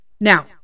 Now